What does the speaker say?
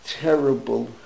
terrible